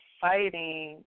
fighting